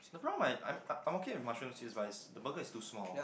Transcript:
the problem uh I'm I okay with my children this bites the burger is too small